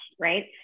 right